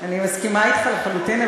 אני מסכימה אתך לחלוטין,